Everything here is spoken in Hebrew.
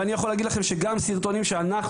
ואני יכול להגיד לכם שגם סרטונים שאנחנו